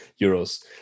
euros